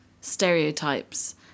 stereotypes